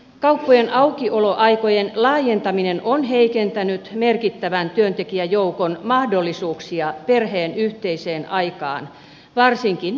kauppojen aukioloaikojen laajentaminen on heikentänyt merkittävän työntekijäjoukon mahdollisuuksia perheen yhteiseen aikaan varsinkin viikonloppuisin